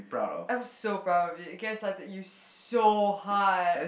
I'm so proud of it gas lighted you so hard